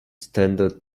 standard